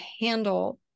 handle